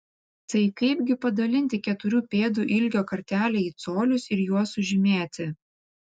tad kaipgi padalinti keturių pėdų ilgio kartelę į colius ir juos sužymėti